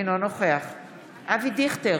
אבי דיכטר,